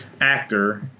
actor